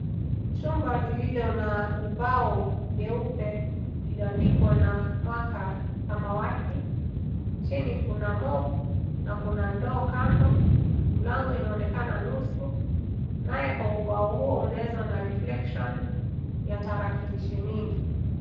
Chumba lililo na ubao mweupe iliyoandikwa na maka ya samawati. Chini kuna mop na kuna ndoo kando. Mlango inaonekana nusu nayo kwa ubao unaweza kuona reflection ya tarakilishi mingi.